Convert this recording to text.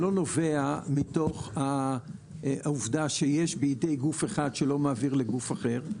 נובע מתוך העובדה שיש בידי גוף אחד שלא מעביר לגוף אחר,